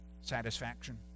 satisfaction